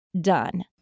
done